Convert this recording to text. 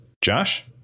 Josh